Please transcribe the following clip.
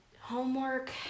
homework